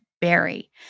Barry